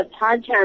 podcast